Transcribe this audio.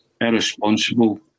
irresponsible